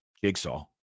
Jigsaw